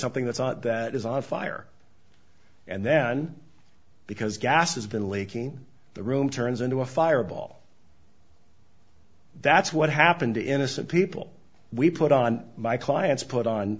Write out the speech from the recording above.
something that's all that is on fire and then because gas has been leaking the room turns into a fireball that's what happened to innocent people we put on my clients put on